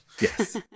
Yes